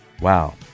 Wow